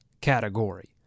category